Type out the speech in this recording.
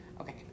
Okay